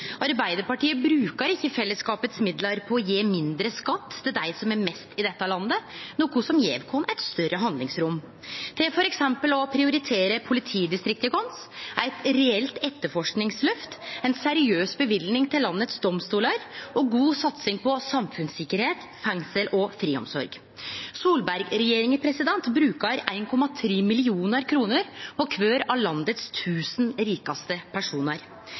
Arbeidarpartiet bruker ikkje midlane til fellesskapet på å gje mindre skatt til dei som har mest i dette landet, noko som gjev oss eit større handlingsrom, til f.eks. å prioritere politidistrikta våre, eit reelt etterforskingsløft, ei seriøs løyving til domstolane i landet vårt og god satsing på samfunnstryggleik, fengsel og friomsorg. Solberg-regjeringa bruker 1,3 mill. kr på kvar av dei tusen rikaste